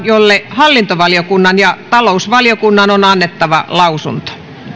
jolle hallintovaliokunnan ja talousvaliokunnan on annettava lausunto